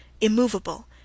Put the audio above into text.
immovable